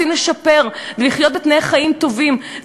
רוצים לשפר ולחיות בתנאי חיים טובים,